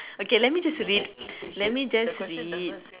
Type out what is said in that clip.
okay let me just read let me just read